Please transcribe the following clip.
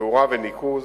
תאורה וניקוז.